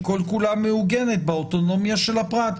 כל כולה מעוגנת באוטונומיה של הפרט.